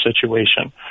situation